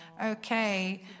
Okay